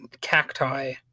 cacti